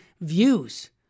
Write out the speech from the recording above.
views